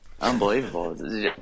Unbelievable